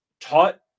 taught